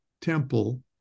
Temple